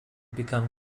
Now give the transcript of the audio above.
become